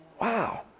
Wow